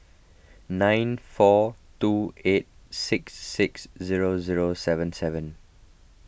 nine four two eight six six zero zero seven seven